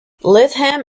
lytham